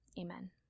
amen